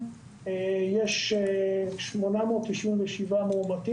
הגן הירוק ומגן החינוך.